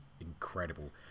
incredible